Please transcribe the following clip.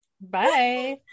Bye